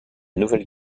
nouvelle